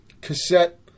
cassette